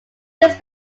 this